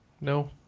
No